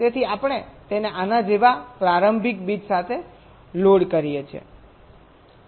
તેથી આપણે તેને આના જેવા પ્રારંભિક બીજ સાથે લોડ કરીએ છીએ